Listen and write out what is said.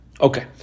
Okay